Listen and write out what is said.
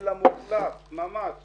אלא מוחלט ממש